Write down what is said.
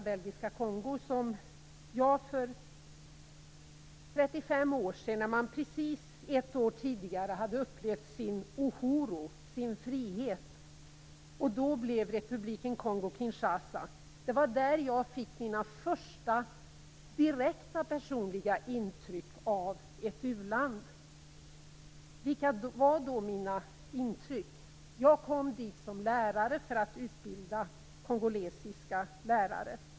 Belgiska Kongo som jag för 35 år sedan, när man i Zaire för precis ett år sedan hade upplevt sin uhuru, frihet, och då blev republiken Congo-Kinshasa, fick mina första direkta personliga intryck av ett u-land. Vilka var då mina intryck? Jag kom dit som lärare för att utbilda kongolesiska lärare.